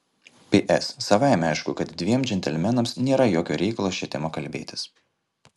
ps savaime aišku kad dviem džentelmenams nėra jokio reikalo šia tema kalbėtis